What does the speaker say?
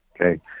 okay